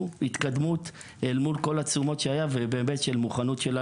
שהוא התקדמות אל מול כל התשומות שהיו והמוכנות שלה